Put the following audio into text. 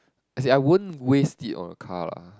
as in I won't waste it on a car lah